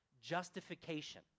justification